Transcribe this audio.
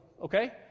Okay